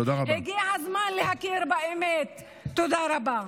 תודה רבה.